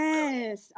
Yes